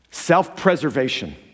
Self-preservation